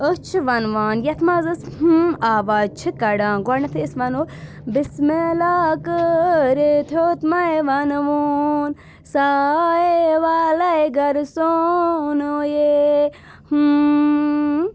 أسۍ چھِ وَن وان یَتھ منٛز ٲسۍ آواز چھِ کَڑان گۄڈنؠتھٕے أسۍ وَنَو بِسمٮ۪ہ اللہ کٕیٚرِتھ ہِیوٚتۍ مٕے وَنٕوٗن صاہےٚ وَلٕے گَرٕ سونوٗ یےٚ